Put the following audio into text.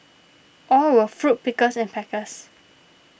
all were fruit pickers and packers